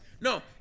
no